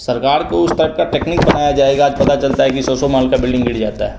सरकार को उस टाइप का टेक्नीक़ बनाया जाएगा पता चलता है कि सौ सौ माल का बिल्डिंग गिर जाता है